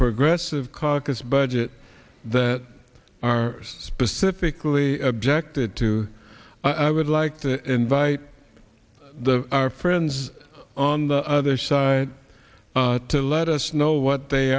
progressive caucus budget that are specifically objected to i would like to invite the our friends on the other side to let us know what they